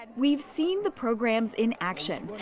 but we've seen the programs in action.